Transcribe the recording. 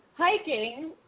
hiking